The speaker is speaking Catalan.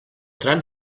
tram